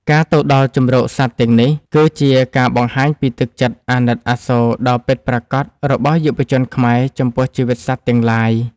ការទៅដល់ជម្រកសត្វទាំងនេះ គឺជាការបង្ហាញពីទឹកចិត្តអាណិតអាសូរដ៏ពិតប្រាកដរបស់យុវជនខ្មែរចំពោះជីវិតសត្វទាំងឡាយ។